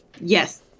Yes